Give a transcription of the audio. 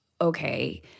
okay